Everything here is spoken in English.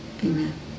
Amen